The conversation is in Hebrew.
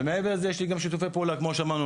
ומעבר לזה, יש גם שיתופי פעולה כמו ששמענו.